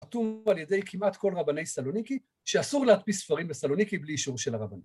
כתוב על ידי כמעט כל רבני סלוניקי שאסור להדפיס ספרים בסלוניקי בלי אישור של הרבנים